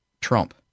Trump